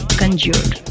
conjured